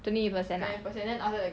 twenty percent lah